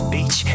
Beach